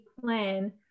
plan